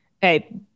Hey